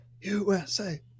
USA